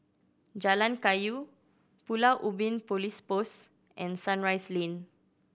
Jalan Kayu Pulau Ubin Police Post and Sunrise Lane